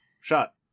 shot